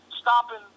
stopping